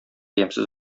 ямьсез